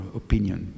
opinion